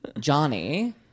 Johnny